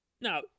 Now